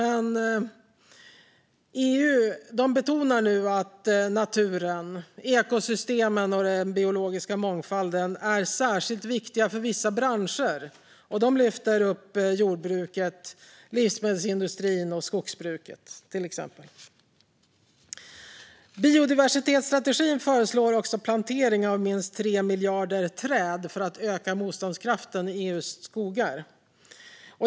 EU betonar dock att naturen, ekosystemen och den biologiska mångfalden är särskilt viktiga för vissa branscher, och man lyfter till exempel upp jordbruket, livsmedelsindustrin och skogsbruket. Biodiversitetsstrategin föreslår också plantering av minst 3 miljarder träd för att öka motståndskraften i EU:s skogar.